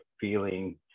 feeling